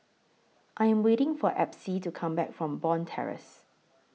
I Am waiting For Epsie to Come Back from Bond Terrace